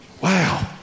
Wow